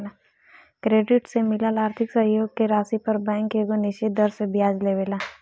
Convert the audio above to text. credit से मिलल आर्थिक सहयोग के राशि पर बैंक एगो निश्चित दर से ब्याज लेवेला